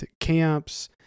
camps